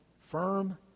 firm